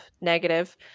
negative